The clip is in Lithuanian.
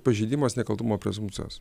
pažeidimas nekaltumo prezumpcijos